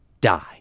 die